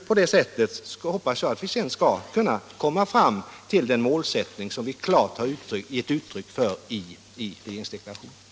På det sättet hoppas jag att vi sedan skall kunna komma fram till den målsättning som vi klart har gett uttryck för i regeringsdeklarationen.